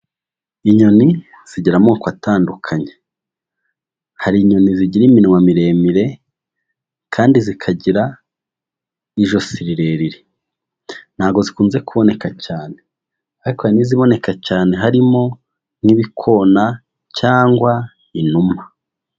Inyoni zigira amoko atandukanye, hari inyoni zigira iminwa miremire kandi zikagira ijosi rirerire, ntabwo zikunze kuboneka cyane, ariko hari n'iziboneka cyane harimo nk'ibikona cyangwa inuma.